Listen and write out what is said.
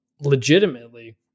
legitimately